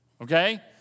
Okay